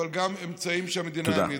אבל גם אמצעים שהמדינה העמידה.